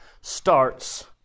starts